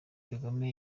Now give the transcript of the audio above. kagame